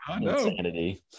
insanity